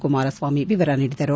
ಕುಮಾರಸ್ವಾಮಿ ವಿವರ ನೀಡಿದರು